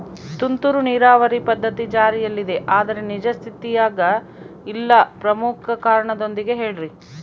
ತುಂತುರು ನೇರಾವರಿ ಪದ್ಧತಿ ಜಾರಿಯಲ್ಲಿದೆ ಆದರೆ ನಿಜ ಸ್ಥಿತಿಯಾಗ ಇಲ್ಲ ಪ್ರಮುಖ ಕಾರಣದೊಂದಿಗೆ ಹೇಳ್ರಿ?